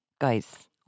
Guys